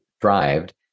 thrived